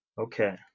Okay